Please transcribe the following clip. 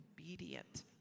obedient